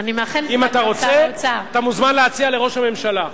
אם אתה רוצה, אתה מוזמן להציע לראש הממשלה.